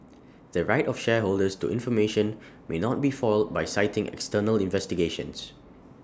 the right of shareholders to information may not be foiled by citing external investigations